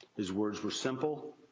his words were simple,